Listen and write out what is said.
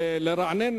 לרענן